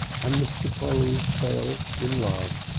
um mr. polly fell in love,